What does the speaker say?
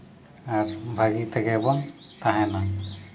ᱟᱨ ᱵᱷᱟᱹᱜᱤ ᱛᱮᱜᱮ ᱵᱚᱱ ᱛᱟᱦᱮᱱᱟ